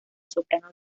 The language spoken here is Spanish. soprano